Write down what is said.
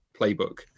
playbook